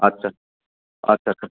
आतसा आतसा सा